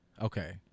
okay